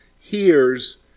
hears